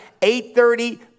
8.30